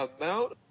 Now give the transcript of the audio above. amount